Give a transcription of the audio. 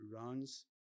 runs